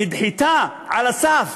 נדחתה על הסף,